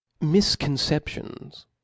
Misconceptions